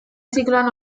zikloan